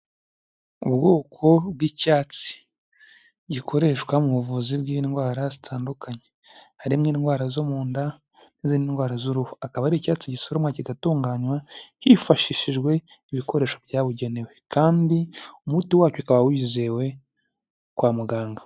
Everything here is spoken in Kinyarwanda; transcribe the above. Ubwoko bw'icyatsi gikoreshwa mu buvuzi bw'indwara zitandukanye, harimo indwara zo mu nda n'indwara z'uruhu, akaba ari icyatsi gisoromwa kigatunganywa hifashishijwe ibikoresho byabugenewe kandi umuti wacyo ukaba wizewe kwa muganga.